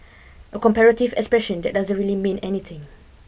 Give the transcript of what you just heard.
a comparative expression that doesn't really mean anything